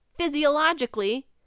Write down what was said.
physiologically